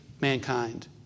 mankind